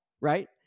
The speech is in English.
right